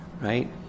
Right